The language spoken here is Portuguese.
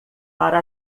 para